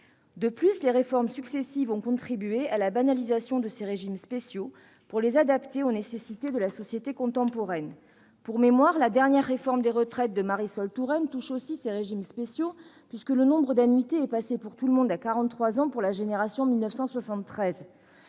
De plus, les réformes successives ont contribué à la banalisation de ces régimes spéciaux, pour les adapter aux nécessités de la société contemporaine. Ainsi, je rappelle que la dernière réforme des retraites, celle de Marisol Touraine, touche aussi ces régimes spéciaux, puisque le nombre d'annuités est passé à quarante-trois pour tout le monde pour la génération 1973.